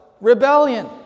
rebellion